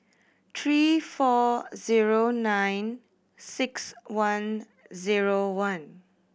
three four zero nine six one zero one